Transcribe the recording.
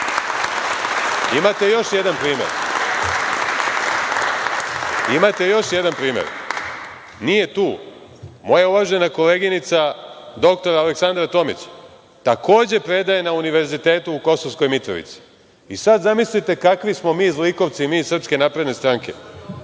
Kosovskoj Mitrovici. Imate još jedan primer. Nije tu, moja uvažena koleginica, dr Aleksandra Tomić, takođe predaje na Univerzitetu u Kosovskoj Mitrovici. Zamislite sad kakvi smo mi zlikovci iz Srpske napredne stranke,